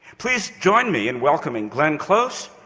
please join me in welcoming glenn close,